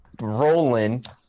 Roland